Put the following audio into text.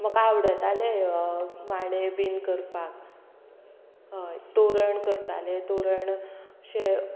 म्हाका आवडताले माडे बीन करपाक हय तोरण करताले तोरण अशें